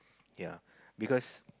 ya because